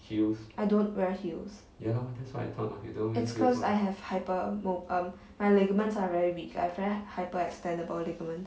I don't wear heels it's because I have hyper mo~ um my ligaments are very weak I have very hyperextendable ligaments